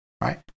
right